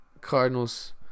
Cardinals